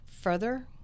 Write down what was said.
further